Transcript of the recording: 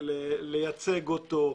לייצג אותו,